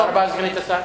תודה רבה לסגנית השר.